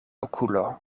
okulo